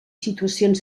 situacions